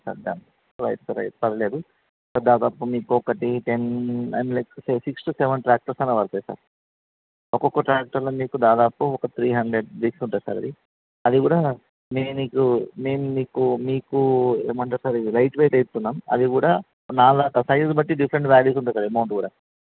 sir done right sir right పర్లేదు దాదాపు మీకు ఒకటి టెన్ అండ్ లేకపోతే సిక్స్ టు సెవెన్ ట్రాక్టర్స్ అన్నా పడతాయి సార్ ఒక్కొక్క ట్రాక్టర్లో మీకు దాదాపు ఒక త్రీ హండ్రెడ్ బ్రిక్స్ ఉంటాయి సార్ అది కూడా నేను మీకు నేను మీకు మీకు ఏమంటారు సార్ లైట్వెయిట్ వేస్తున్నాం అది కూడా నాలుగు నాలుగు సైజు బట్టి డిఫరెంట్ వాల్యూస్ ఉన్నాయి సార్ అమౌంట్ కూడా